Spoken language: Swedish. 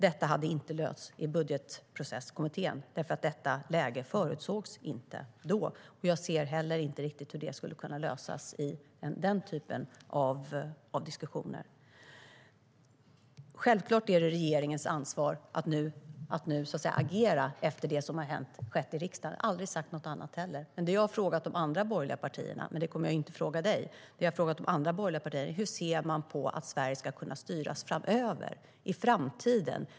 Detta hade inte lösts i Budgetprocesskommittén, för detta läge förutsågs inte då. Jag ser heller inte riktigt hur det skulle kunna lösas i den typen av diskussioner. Självklart är det regeringens ansvar att nu agera efter det som har skett i riksdagen. Jag har aldrig sagt något annat heller. Det jag har frågat de andra borgerliga partierna - men det kommer jag inte att fråga dig - är: Hur ser man att Sverige ska kunna styras i framtiden?